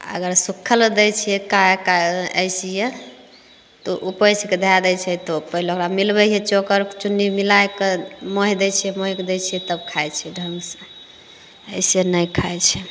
अगर सुखल दै छियै एका एका अइसिहे तऽ ओ उपछिके धए दै छै तो पहिले ओकरा मिलबै हियै चोकर चुन्नी मिलाइके महि दै छियै तब खाइ छै ढङ्गसे अइसे नहि खाइत छै